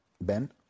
Ben